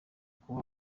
ukaba